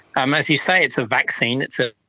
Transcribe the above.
um as you say, it's a vaccine, it's ah